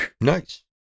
Nice